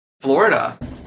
Florida